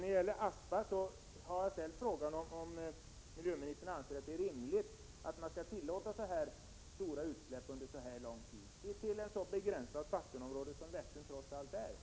När det gäller Aspa bruk vill jag fråga miljöministern om hon anser det 12 november 1987 vara rimligt att tillåta så stora utsläpp under så lång tid i en sådan sjö som Vättern.